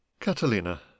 Catalina